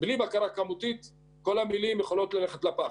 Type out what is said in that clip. בלי בקרה כמותית כל המילים יכולות ללכת לפח.